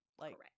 Correct